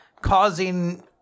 causing